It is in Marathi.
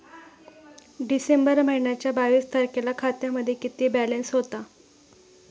डिसेंबर महिन्याच्या बावीस तारखेला खात्यामध्ये किती बॅलन्स होता?